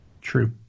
True